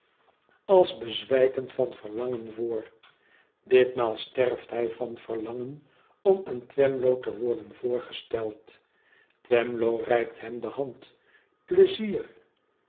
als bezwijkend van verlangen voor ditmaal sterft hij van verlangen om aan twemlow te worden voorgesteld twemlow reikt hem de hand pleizier